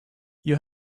you